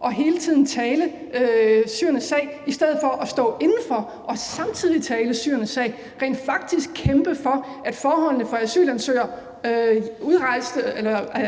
og tale syrernes sag i stedet for at stå indenfor og samtidig tale syrernes sag og rent faktisk kæmpe for, at forholdene for asylansøgere,